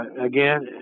again